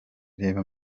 reba